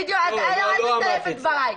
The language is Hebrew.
לא אל תסלף את דבריי.